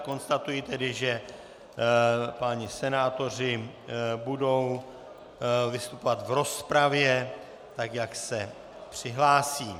Konstatuji tedy, že páni senátoři budou vystupovat v rozpravě tak, jak se přihlásí.